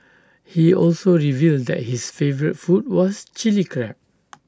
he also revealed that his favourite food was Chilli Crab